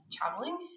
traveling